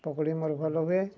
ପୋକଡ଼ି ମୋର ଭଲ ଭଲ ହୁଏ